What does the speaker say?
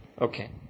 Okay